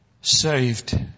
saved